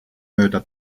mööda